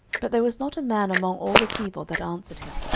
but there was not a man among all the people that answered him.